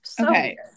Okay